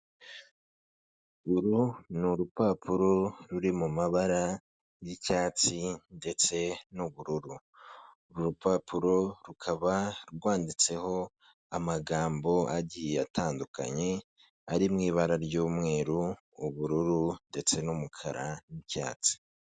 Uru ni urupapuro ruri mu mabara y'icyatsi ndetse n'ubururu, uru rupapuro rukaba rwanditseho amagambo agiye atandukanye ari mu ibara ry'umweru, ubururu ndetse n'umukara n'icyatsi.